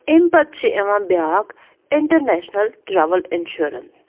اَمہِ پَتہٕ چھُ یِوان بیٛاکھ اِنٹَرنیشنَل ٹرٛاوٕل اِنشورَنٕس